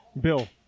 bill